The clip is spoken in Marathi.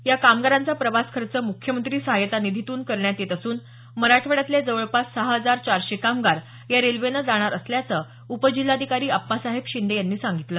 या कामगारांचा प्रवासखर्च मुख्यमंत्री सहाय्यता निधीतून करण्यात येत असून मराठवाड्यातले जवळपास सहा हजार चारशे कामगार या रेल्वेनं जाणार असल्याचं उपजिल्हाधिकारी अप्पासाहेब शिंदे यांनी सांगितलं